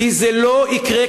כי זה לא יקרה,